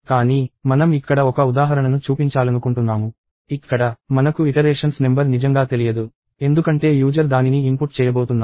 కానీ మనం ఇక్కడ ఒక ఉదాహరణను చూపించాలనుకుంటున్నాము ఇక్కడ మనకు ఇటరేషన్స్ నెంబర్ నిజంగా తెలియదు ఎందుకంటే యూజర్ దానిని ఇన్పుట్ చేయబోతున్నారు